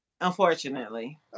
Unfortunately